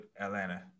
Atlanta